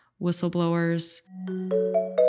whistleblowers